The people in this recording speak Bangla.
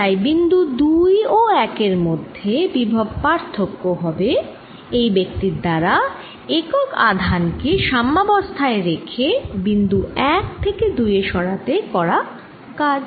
তাই বিন্দু 2 ও 1 এর মধ্যে বিভব পার্থক্য হবে এই ব্যক্তির দ্বারা একক আধান কে সাম্যাবস্থায় রেখে বিন্দু 1 থেকে 2 এ সরাতে করা কাজ